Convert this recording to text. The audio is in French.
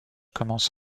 commence